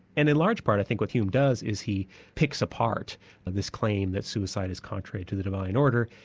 and in large part i think what hume does is he picks apart this claim that suicide is contrary to the divine order,